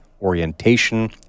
orientation